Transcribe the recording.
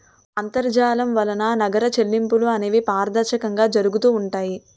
అంతర్జాలం వలన నగర చెల్లింపులు అనేవి పారదర్శకంగా జరుగుతూ ఉంటాయి